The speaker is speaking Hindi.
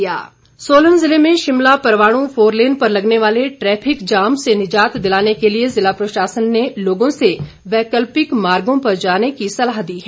जाम सोलन ज़िले में शिमला परवाणू फोरलेन पर लगने वाले ट्रैफिक जाम से निजात दिलाने के लिए ज़िला प्रशासन ने लोगों को वैकल्पिक मार्गों पर जाने की सलाह दी है